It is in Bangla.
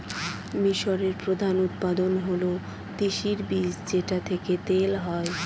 মিশরের প্রধান উৎপাদন হল তিসির বীজ যেটা থেকে তেল হয়